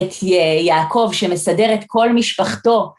את יעקב שמסדר את כל משפחתו.